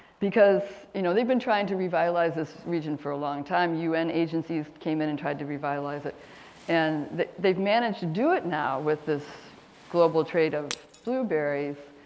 because you know they've been trying to revitalize this region for a long time. un agencies came in and tried to revitalize it and they've managed to do it now with this global trade of blueberries.